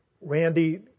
Randy